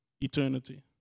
eternity